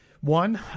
one